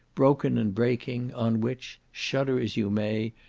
broken and breaking, on which, shudder as you may,